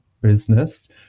business